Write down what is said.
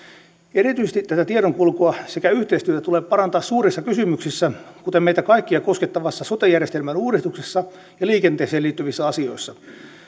erityisesti tätä tiedonkulkua sekä yhteistyötä tulee parantaa suurissa kysymyksissä kuten meitä kaikkia koskettavassa sote järjestelmän uudistuksessa ja liikenteeseen liittyvissä asioissa